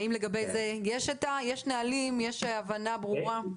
האם לגבי זה יש נהלים, יש הבנה ברורה?